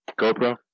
GoPro